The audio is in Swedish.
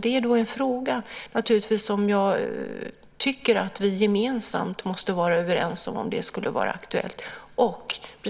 Det är en fråga där jag tycker att vi gemensamt måste vara överens, om nu den saken skulle vara aktuell.